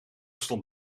stond